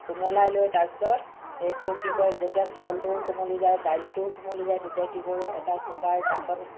কোমলাই লৈ তাৰপিছত সেইটো কি কয় যেতিয়া চাউলটো কোমলি যায় দাইলটো কোমলি যায় তেতিয়া কি কৰোঁ এটা কুকাৰ বাচন